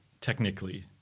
Technically